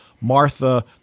Martha